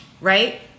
right